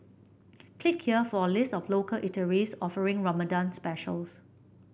click here for a list of local eateries offering Ramadan specials